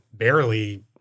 barely